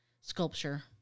sculpture